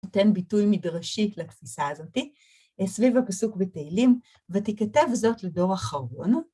נותן ביטוי מדרשית לתפיסה הזאתי סביב הפסוק בתהילים ותיכתב זאת לדור אחרון.